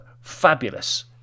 Fabulous